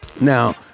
Now